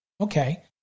Okay